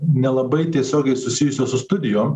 nelabai tiesiogiai susijusio su studijom